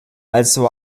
also